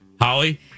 Holly